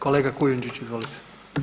Kolega Kujundžić, izvolite.